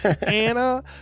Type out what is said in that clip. Anna